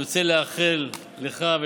אני רוצה לאחל לך,